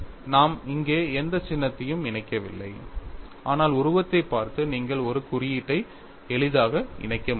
நாம் இங்கே எந்த சின்னத்தையும் இணைக்கவில்லை ஆனால் உருவத்தைப் பார்த்து நீங்கள் ஒரு குறியீட்டை எளிதாக இணைக்க முடியும்